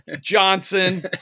Johnson